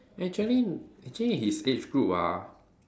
actually actually his age group ah